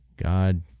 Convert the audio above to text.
God